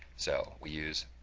so we use